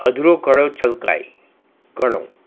અધૂરો ઘડો છલકાય ઘણો